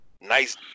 nice